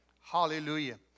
Hallelujah